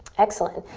excellent.